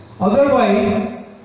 otherwise